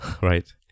right